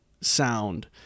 sound